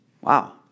Wow